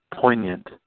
poignant